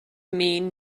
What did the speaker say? mean